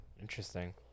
Interesting